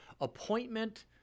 appointment